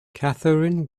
catherine